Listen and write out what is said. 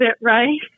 Right